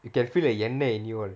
you can feel the என்னை:ennai in you all